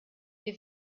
wir